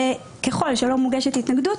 וככל שלא מוגשת התנגדות,